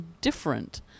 different